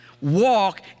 walk